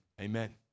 amen